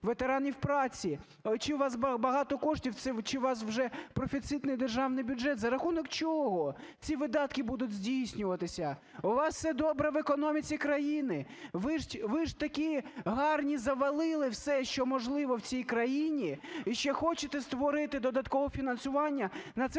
ветеранів праці? Чи у вас багато коштів? Чи у вас вжепрофіцитний державний бюджет? За рахунок чого ці видатки будуть здійснюватися? У вас все добре в економіці країни? Ви ж такі гарні, завалили все, що можливо, в цій країні і ще хочете створити додаткове фінансування?